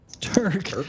Turk